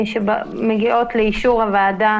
שמגיעות לאישור הוועדה,